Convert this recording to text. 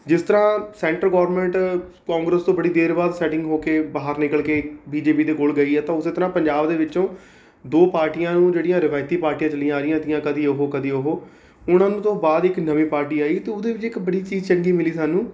ਜਿਸ ਤਰ੍ਹਾਂ centre government Congress ਤੋਂ ਬੜੀ ਦੇਰ ਬਾਅਦ ਸੈਟਿੰਗ ਹੋ ਕੇ ਬਾਹਰ ਨਿਕਲ ਕੇ ਬੀ ਜੇ ਪੀ ਦੇ ਕੋਲ ਗਈ ਹੈ ਤਾਂ ਉਸ ਤਰ੍ਹਾਂ ਪੰਜਾਬ ਦੇ ਵਿੱਚੋਂ ਦੋ ਪਾਰਟੀਆਂ ਨੂੰ ਜਿਹੜੀਆਂ ਰਵਾਇਤੀ ਪਾਰਟੀਆਂ ਚੱਲੀਆਂ ਆ ਰਹੀਆਂ ਤੀਆ ਕਦੀ ਉਹ ਕਦੀ ਉਹ ਹੁਣ ਉਨ੍ਹਾਂ ਤੋਂ ਬਾਅਦ ਇੱਕ ਨਵੀਂ ਪਾਰਟੀ ਆਈ ਅਤੇ ਉਹਦੇ ਵਿੱਚ ਇੱਕ ਬੜੀ ਚੀਜ਼ ਚੰਗੀ ਮਿਲੀ ਸਾਨੂੰ